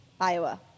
Iowa